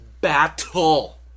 battle